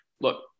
look